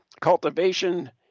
cultivation